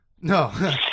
No